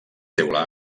teula